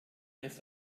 ist